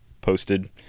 posted